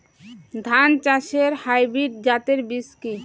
ধান চাষের হাইব্রিড জাতের বীজ কি?